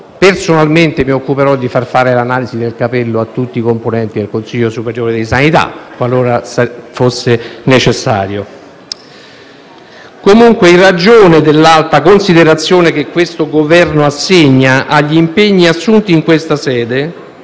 personalmente di far fare l'analisi del capello a tutti i componenti del Consiglio superiore di sanità, qualora fosse necessario. In ogni caso, in ragione dell'alta considerazione che il Governo assegna agli impegni assunti in questa sede,